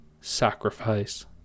sacrifice